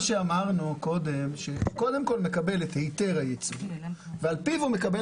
אמרנו שקודם הוא מקבל את היתר הייצוא ועל פיו הוא מקבל